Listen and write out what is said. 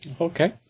Okay